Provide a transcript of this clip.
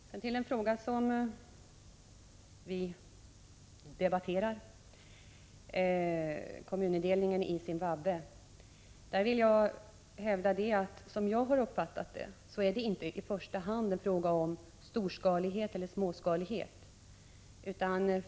Vad beträffar den fråga vi nu debatterar, dvs. kommunindelningen i Zimbabwe, vill jag hävda att det, som jag har uppfattat saken, inte i första hand är fråga om storskalighet eller småskalighet.